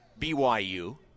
BYU